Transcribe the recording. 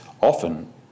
often